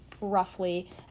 roughly